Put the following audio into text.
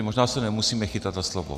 Možná se nemusíme chytat za slovo.